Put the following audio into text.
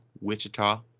Wichita